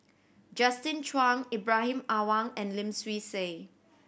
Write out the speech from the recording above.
Justin Zhuang Ibrahim Awang and Lim Swee Say